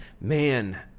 Man